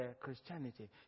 Christianity